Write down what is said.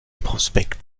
prospekt